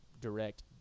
direct